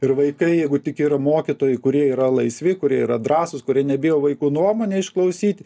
ir vaikai jeigu tik yra mokytojai kurie yra laisvi kurie yra drąsūs kurie nebijo vaikų nuomonę išklausyti